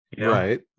right